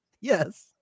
yes